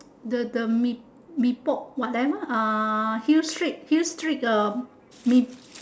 the the mee mee-pok whatever ah hill street hill street uh